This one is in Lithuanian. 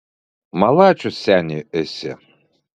malačius seni esi